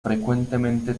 frecuentemente